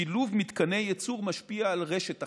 שילוב מתקני ייצור משפיע על רשת החשמל,